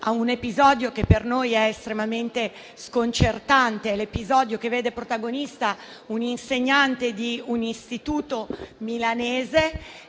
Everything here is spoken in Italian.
a un episodio che per noi è estremamente sconcertante. Mi riferisco all'episodio che vede protagonista un insegnante di un istituto milanese,